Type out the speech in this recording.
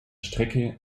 strecke